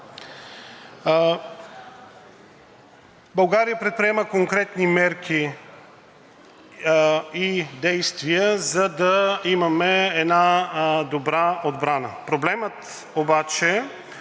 България, предприема конкретни мерки и действия, за да имаме една добра отбрана. Проблемът обаче е,